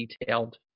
detailed